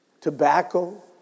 Tobacco